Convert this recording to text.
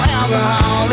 alcohol